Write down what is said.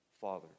Father